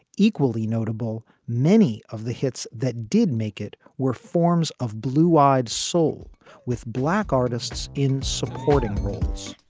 equally notable, many of the hits that did make it were forms of blue-eyed soul with black artists in supporting roles.